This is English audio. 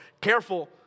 Careful